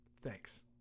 Thanks